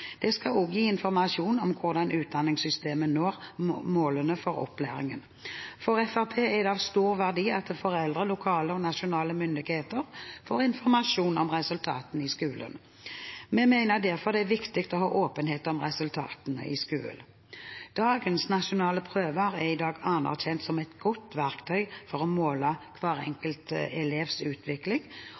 Det skal også gi informasjon om hvordan utdanningssystemet når målene for opplæringen. For Fremskrittspartiet er det av stor verdi at foreldre, lokale og nasjonale myndigheter får informasjon om resultatene i skolen. Vi mener derfor det er viktig å ha åpenhet om resultatene i skolen. Dagens nasjonale prøver er i dag anerkjent som et godt verktøy for å måle hver enkelt elevs utvikling,